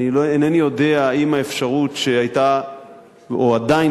אינני יודע אם האפשרות שהיתה או עדיין